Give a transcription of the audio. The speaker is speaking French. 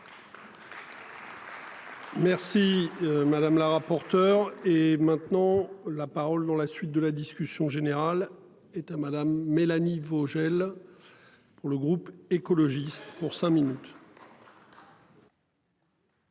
Merci madame la rapporteure et maintenant la parole dans la suite de la discussion générale est à madame Mélanie Vogel. Pour le groupe écologiste pour cinq minutes.